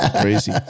crazy